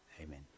Amen